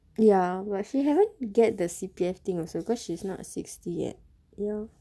ya but she haven't get the C_P_F thing also cause she's not sixty yet ya